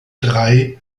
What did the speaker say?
drei